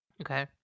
Okay